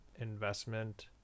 investment